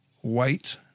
white